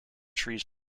trees